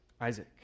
Isaac